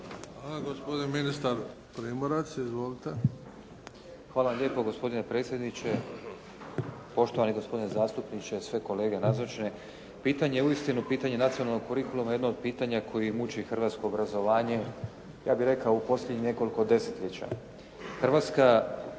Hvala. Gospodin ministar Primorac. Izvolite. **Primorac, Dragan (HDZ)** Hvala lijepo. Gospodine predsjedniče, poštovani gospodine zastupniče, sve kolege nazočne. Pitanje i uistinu pitanje nacionalnog kurikuluma je jedno od pitanja koje muči hrvatsko obrazovanje ja bih rekao u posljednjih nekoliko desetljeća. Hrvatska